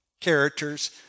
characters